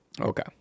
okay